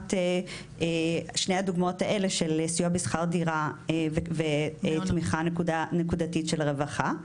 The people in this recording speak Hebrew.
כדוגמת שתי הדוגמאות האלה של סיוע בשכר דירה ותמיכה נקודתית של הרווחה.